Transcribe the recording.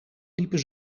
liepen